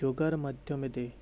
য়োগাৰ মধ্যমেৰে